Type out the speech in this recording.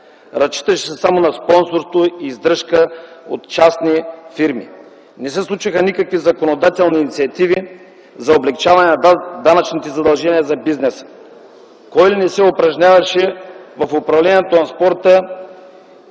Разчиташе се само на спонсорство и издръжка от частни фирми. Не се случиха никакви законодателни инициативи за облекчаване на данъчните задължения за бизнеса. Кой ли не се упражняваше в управлението на спорта